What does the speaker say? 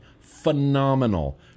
Phenomenal